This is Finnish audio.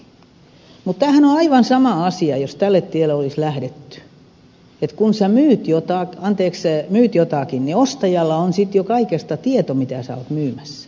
mutta tämähän on aivan sama asia jos tälle tielle olisi lähdetty että kun myyt jotakin niin ostajalla on jo tieto kaikesta mitä olet myymässä